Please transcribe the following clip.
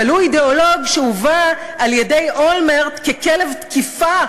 אבל הוא אידיאולוג שהובא על-ידי אולמרט ככלב תקיפה,